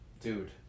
dude